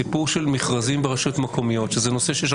סיפור של מכרזים ברשויות המקומיות וזה נושא שיש